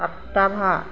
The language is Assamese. টাট্টাভা